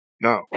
No